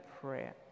prayer